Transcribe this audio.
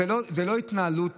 זאת לא התנהלות